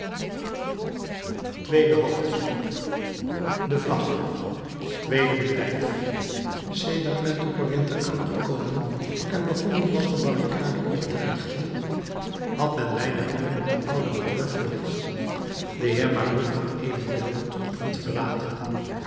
tweede hoofdstuk de vlag tweede bedrijf sedert men te corinthe aangekomen en begonnen was de barricade op te richten had men weinig meer op den ouden mabeuf gelet de heer mabeuf had evenwel den troep niet verlaten